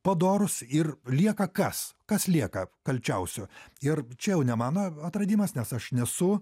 padorūs ir lieka kas kas lieka kalčiausiu ir čia jau ne mano atradimas nes aš nesu